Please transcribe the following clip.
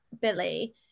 Billy